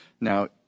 Now